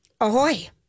Ahoy